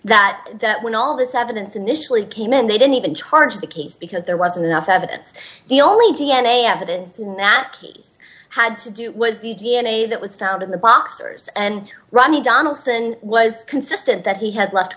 that that when all this evidence initially came in they didn't even charge the case because there wasn't enough evidence the only d n a evidence in that case had to do with the d n a that was found in the boxers and ronnie donaldson was consistent that he had left